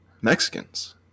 mexicans